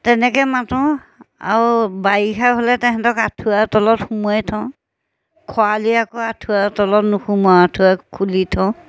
তেনেকৈ মাতোঁ আৰু বাৰিষা হ'লে তেহেঁতক আঁঠুৱা তলত সোমোৱাই থওঁ খৰালি আকৌ আঁঠুৱা তলত নুসোমোৱাওঁ আঁঠুৱা খুলি থওঁ